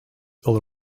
all